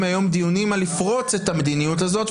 היום דיונים על לפרוץ את המדיניות הזאת,